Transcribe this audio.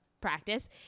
practice